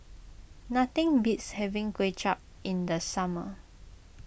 nothing beats having Kuay Chap in the summer